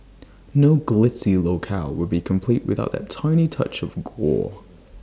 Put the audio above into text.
no glitzy locale would be complete without that tiny touch of gore